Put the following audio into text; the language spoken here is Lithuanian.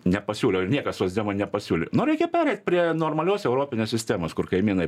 nepasiūliau ir niekas socdemų nepasiūlė nu reikia pereit prie normalios europinės sistemos kur kaimynai